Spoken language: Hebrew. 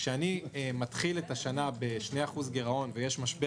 כשאני מתחיל את השנה ב-2% גירעון ויש משבר